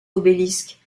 obélisques